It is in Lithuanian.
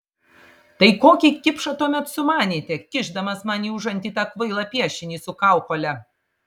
tai kokį kipšą tuomet sumanėte kišdamas man į užantį tą kvailą piešinį su kaukole